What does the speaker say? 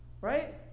Right